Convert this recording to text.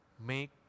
make